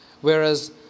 Whereas